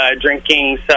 drinking